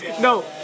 No